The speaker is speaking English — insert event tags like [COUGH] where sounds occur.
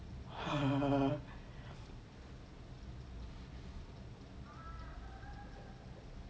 [LAUGHS]